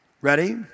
Ready